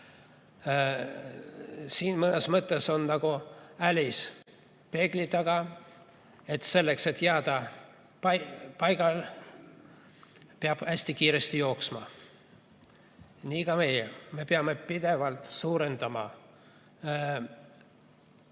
Siin on mõnes mõttes nii, nagu Alice'il peegli taga: selleks, et jääda paigale, peab hästi kiiresti jooksma. Nii ka meie, me peame pidevalt suurendama